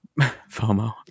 fomo